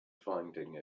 finding